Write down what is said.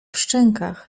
szczękach